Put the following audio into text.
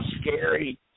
scary